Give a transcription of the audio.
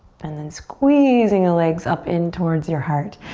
and then squeezing the legs up in towards your heart.